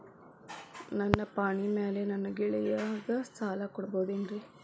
ನನ್ನ ಪಾಣಿಮ್ಯಾಲೆ ನನ್ನ ಗೆಳೆಯಗ ಸಾಲ ಕೊಡಬಹುದೇನ್ರೇ?